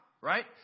right